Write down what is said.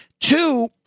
Two